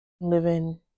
living